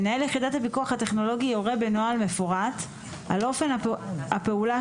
מנהל יחידת הפיקוח הטכנולוגי יורה בנוהל מפורט על אופן הפעולה